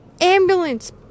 ambulance